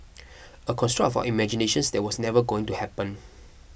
a construct for imaginations that was never going to happen